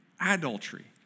adultery